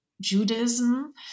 Judaism